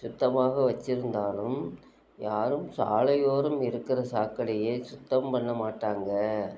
சுத்தமாக வச்சுருந்தாலும் யாரும் சாலையோரம் இருக்கிற சாக்கடையை சுத்தம் பண்ணமாட்டாங்க